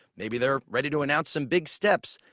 maybe they're ready to announce some big steps,